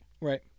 right